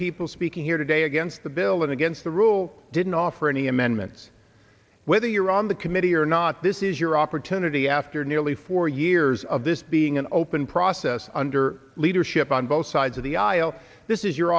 people speaking here today against the bill and against the rule didn't offer any amendments whether you're on the committee or not this is your opportunity after nearly four years of this being an open process under leadership on both sides of the aisle this is your